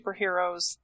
superheroes